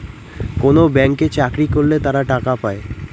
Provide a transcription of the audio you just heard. কোনো ব্যাঙ্কে চাকরি করলে তারা টাকা পায়